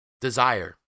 desire